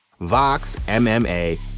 VoxMMA